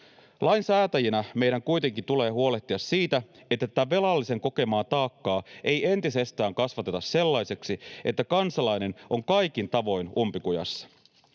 Lainsäätäjinä meidän kuitenkin tulee huolehtia siitä, että tätä velallisen kokemaa taakkaa ei entisestään kasvateta sellaiseksi, että kansalainen on kaikin tavoin umpikujassa.